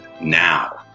now